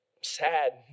sad